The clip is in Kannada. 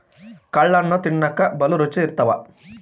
ಕಲ್ಲಣ್ಣು ತಿನ್ನಕ ಬಲೂ ರುಚಿ ಇರ್ತವ